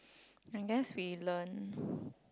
I guess we learn